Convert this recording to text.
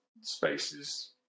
spaces